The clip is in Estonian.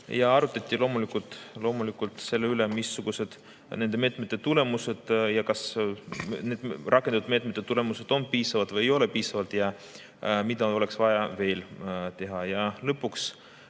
Arutati loomulikult selle üle, missugused on nende meetmete tulemused, kas rakendatud meetmete tulemused on piisavad või ei ole piisavad ja mida oleks vaja veel teha. Lõpuks